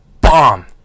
bomb